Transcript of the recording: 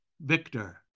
victor